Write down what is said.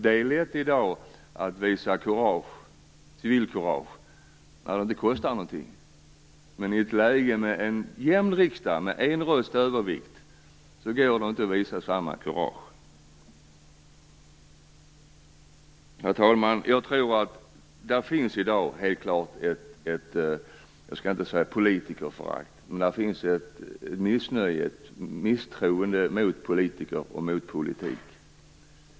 Det är lätt att visa civilkurage i dag när det inte kostar någonting. Men i ett läge med en jämn riksdag, med en rösts övervikt, går det inte att visa samma kurage. Herr talman! Jag tror helt klart att det i dag finns ett missnöje och ett misstroende - jag skall inte säga politikerförakt - mot politiker och mot politik.